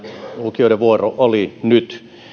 lukioiden vuoro oli nyt